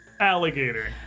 alligator